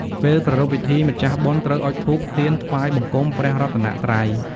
ពេលប្រារព្វពិធីម្ចាស់បុណ្យត្រូវអុជធូប ទៀន ថ្វាយបង្គំព្រះរតនត្រ័យ។